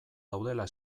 daudela